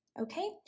okay